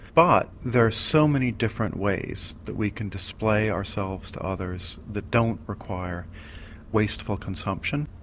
but there's so many different ways that we can display ourselves to others that don't require wasteful consumption.